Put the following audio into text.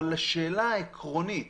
השאלה העקרונית